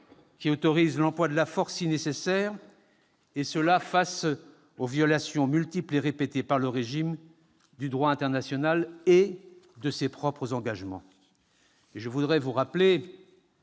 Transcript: qui autorise l'emploi de la force si nécessaire, et cela face aux violations multiples et répétées, par le régime, du droit international et de ses propres engagements. Je voudrais rappeler